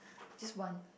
just one